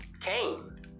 Cain